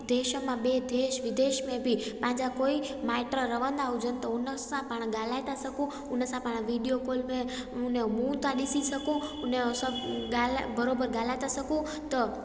देश मां ॿिए देश विदेश में बि पंहिंजा कोई माइट रहंदा हुजनि त हुन सां पाणि ॻाल्हाए था सघूं हुन सां पाण विडियो कॉल पिया हुनजो मुंहुं था ॾिसी सघूं हुनजो सभु ॻाल्हाए बराबरि ॻाल्हाए त सघूं त